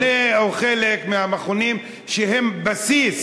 מכוני, או חלק מהמכונים, שהם בסיס